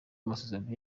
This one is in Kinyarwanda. amasezerano